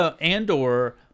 Andor